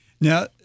Now